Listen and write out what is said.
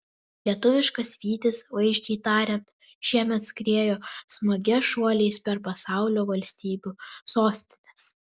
lietuviškas vytis vaizdžiai tariant šiemet skriejo smagia šuoliais per pasaulio valstybių sostines